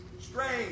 strange